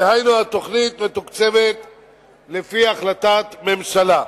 דהיינו התוכנית מתוקצבת לפי החלטת ממשלה.